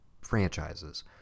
franchises